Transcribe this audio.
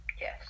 Yes